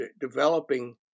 developing